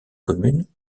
communes